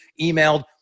emailed